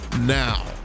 now